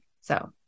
so-